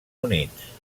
units